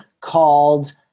called